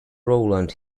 rowland